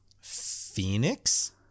Phoenix